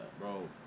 bro